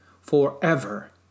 forever